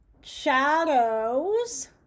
Shadows